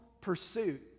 pursuit